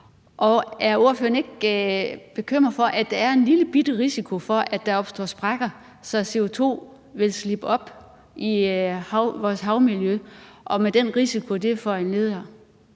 Og er ordføreren ikke bekymret for, at der er en lillebitte risiko for, at der opstår sprækker, så CO2 vil slippe op i vores havmiljø med den risiko, det foranlediger?